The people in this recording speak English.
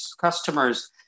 Customers